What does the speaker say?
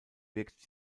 wirkt